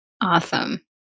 Awesome